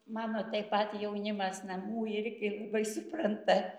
mano taip pat jaunimas namų irgi labai supranta